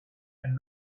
and